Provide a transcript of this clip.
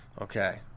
Okay